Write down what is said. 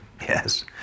Yes